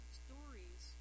stories